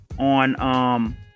on